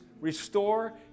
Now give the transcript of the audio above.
restore